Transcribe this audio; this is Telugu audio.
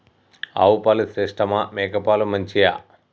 ఆవు పాలు శ్రేష్టమా మేక పాలు మంచియా?